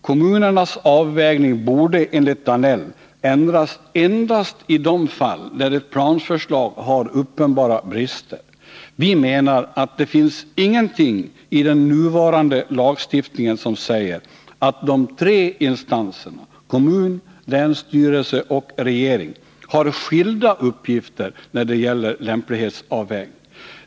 Kommunernas avvägning borde, enligt Georg Danell, ändras endast i de fall där ett planförslag har uppenbara brister. Vi menar att det inte finns någonting i den nuvarande lagstiftningen som säger att de tre instanserna kommun, länsstyrelse och regering har skilda uppgifter när det gäller lämplighetsavvägning.